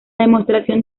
demostración